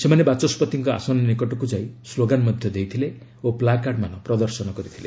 ସେମାନେ ବାଚସ୍ୱତିଙ୍କ ଆସନ ନିକଟକୁ ଯାଇ ସ୍କୋଗାନ୍ ମଧ୍ୟ ଦେଇଥିଲେ ଓ ପ୍ଲାକାର୍ଡ ପ୍ରଦର୍ଶନ କରିଥିଲେ